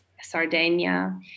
Sardinia